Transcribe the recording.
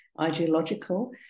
ideological